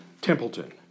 Templeton